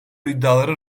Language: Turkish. iddiaları